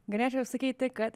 galėčiau sakyti kad